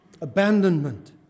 Abandonment